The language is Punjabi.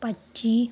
ਪੱਚੀ